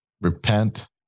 Repent